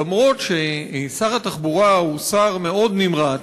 אף ששר התחבורה הוא שר מאוד נמרץ,